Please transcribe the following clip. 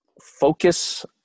focus